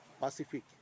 Pacific